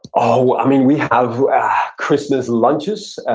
oh, i mean we have christmas lunches,